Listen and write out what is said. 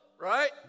right